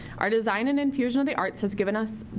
our design and infusion of the arts has given us,